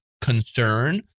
concern